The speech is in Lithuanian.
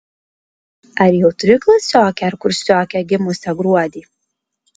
ar jau turi klasiokę ar kursiokę gimusią gruodį